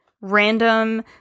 random